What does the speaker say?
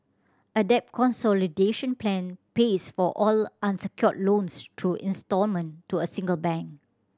a debt consolidation plan pays for all unsecured loans through instalment to a single bank